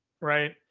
right